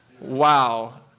Wow